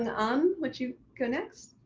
and um would you go next?